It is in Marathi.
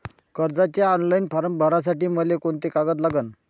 कर्जाचे ऑनलाईन फारम भरासाठी मले कोंते कागद लागन?